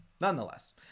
nonetheless